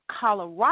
Colorado